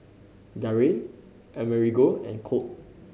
Garey Amerigo and Colt